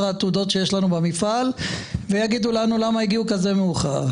העתודות שיש לנו במפעל ויגידו לנו: למה הגיעו כזה מאוחר.